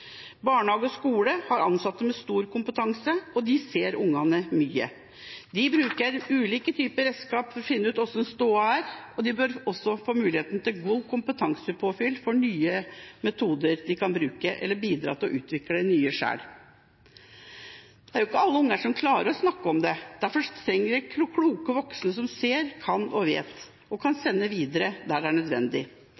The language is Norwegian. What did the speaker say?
Barnehage og skole har ansatte med stor kompetanse, og de ser barna mye. De bruker ulike typer redskap for finne ut hvordan stoda er, og de bør også få muligheten til god kompetansepåfylling når det gjelder nye metoder de kan bruke, eller de kan bidra til å utvikle nye selv. lkke alle barn klarer å snakke om det, og derfor trengs det kloke voksne som ser, kan og vet, og som kan sende videre der det er nødvendig.